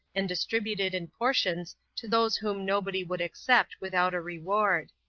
and distributed in portions to those whom nobody would accept without a reward.